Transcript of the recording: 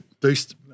boost